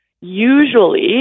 Usually